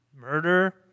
murder